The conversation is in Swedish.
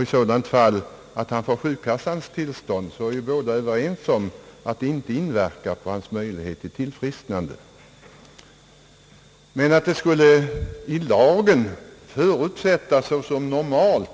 I det fall då han får sjukkassans tillstånd är ju båda parter överens om ati arbetet inte inverkar på hans möjligheter till tillfrisknande. Att det skulle i lagen förutsättas såsom normalt,